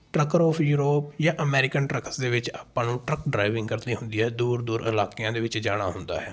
truckers of Europe ਜਾਂ American truckers ਦੇ ਵਿੱਚ ਆਪਾਂ ਨੂੰ ਟਰੱਕ ਡਰਾਈਵਿੰਗ ਕਰਨੀ ਹੁੰਦੀ ਹੈ ਦੂਰ ਦੂਰ ਇਲਾਕਿਆਂ ਦੇ ਵਿੱਚ ਜਾਣਾ ਹੁੰਦਾ ਹੈ